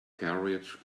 carriage